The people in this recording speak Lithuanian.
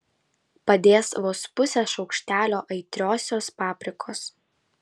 padės vos pusė šaukštelio aitriosios paprikos